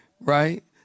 Right